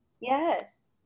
yes